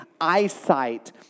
eyesight